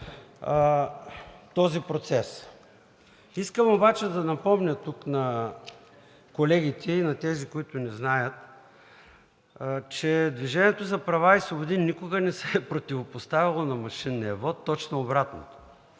този процес. Искам обаче да напомня на колегите и на тези, които не знаят, че „Движение за права и свободи“ никога не се е противопоставяло на машинния вот, точно обратното.